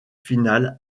finale